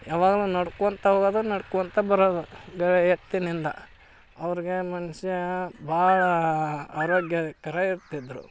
ಯಾವಾಗಲೂ ನಡ್ಕೊತ ಹೋಗೋದು ನಡ್ಕೊತ ಬರೋದು ಎತ್ತಿನ ಹಿಂದೆ ಅವರಿಗೆ ಮನುಷ್ಯ ಭಾಳ ಆರೋಗ್ಯಕರ ಇರ್ತಿದ್ದರು